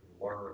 learn